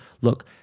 Look